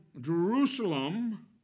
Jerusalem